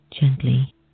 gently